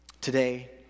Today